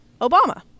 Obama